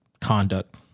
conduct